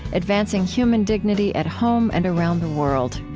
advancing human dignity at home and around the world.